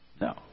no